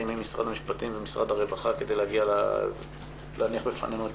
עם משרד המשפטים ומשרד הרווחה כדי להניח בפנינו את